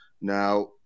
Now